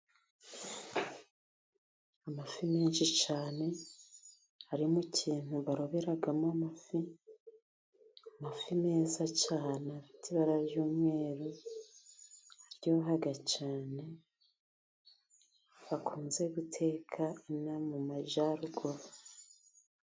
Amafi menshi cyane harimo ikintu baroberamo amafi ,amafi meza cyane afite ibara ry'umweru araryoha cyane, bakunze guteka ino aha mu majyaruguru.